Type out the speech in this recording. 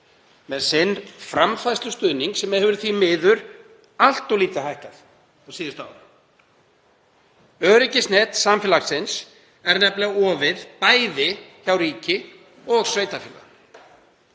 með framfærslustuðning sinn sem hefur því miður allt of lítið hækkað á síðustu árum. Öryggisnet samfélagsins er nefnilega ofið bæði hjá ríki og sveitarfélögum.